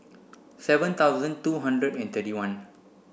seven thousand two hundred and thirty one